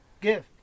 Give